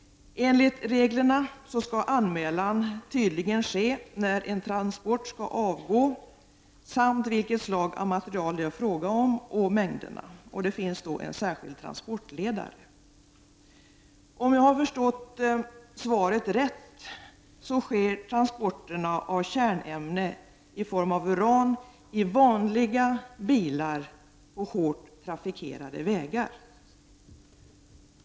Enligt reglerna skall anmälan tydligen ske när en transport skall avgå. Man skall också ange vilket slag av material som det är fråga om samt mängderna. Vidare skall det finnas en särskild transportledare. Om jag har förstått svaret rätt sker transporterna av kärnämne i form av uran i vanliga bilar på hårt trafikerade vägar.